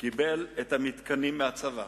קיבל את המתקנים מהצבא,